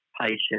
Patient